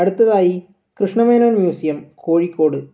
അടുത്തയായി Krishna Menon museum Kozhikode